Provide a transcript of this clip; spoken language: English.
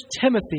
Timothy